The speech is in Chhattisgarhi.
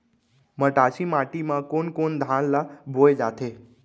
मटासी माटी मा कोन कोन धान ला बोये जाथे?